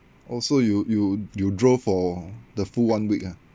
oh so you you you drove for the full one week ah